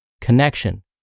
connection